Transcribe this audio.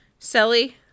Selly